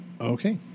Okay